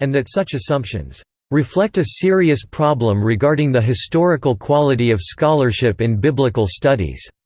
and that such assumptions reflect a serious problem regarding the historical quality of scholarship in biblical studies.